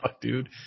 dude